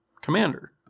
commander